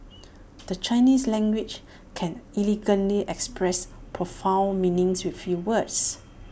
the Chinese language can elegantly express profound meanings with few words